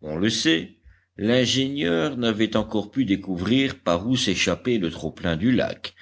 on le sait l'ingénieur n'avait encore pu découvrir par où s'échappait le trop-plein du lac